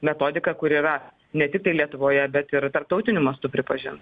metodika kuri yra ne tiktai lietuvoje bet ir tarptautiniu mastu pripažin